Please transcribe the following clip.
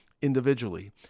individually